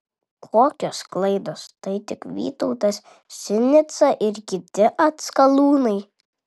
kokios klaidos tai tik vytautas sinica ir kiti atskalūnai